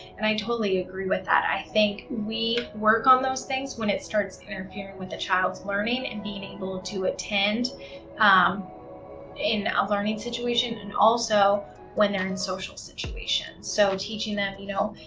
and i totally agree with that. i think we work on those things when it starts interfering with the child's learning and being able to attend in a learning situation and also when they're in social situations. so, teaching them, you know,